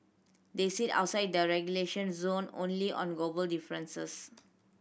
they sit outside the relegation zone only on goal difference